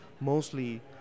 mostly